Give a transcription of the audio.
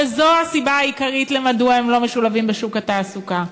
וזו הסיבה העיקרית לכך שהם לא משולבים בשוק התעסוקה.